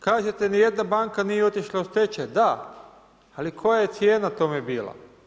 Kažete nijedna banka nije otišla u stečaj, da, ali koja je cijena tome bila?